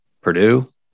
Purdue